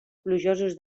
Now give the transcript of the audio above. plujosos